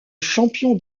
champion